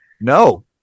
No